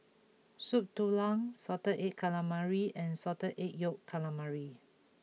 Soup Tulang Salted Egg Calamari and Salted Egg Yolk Calamari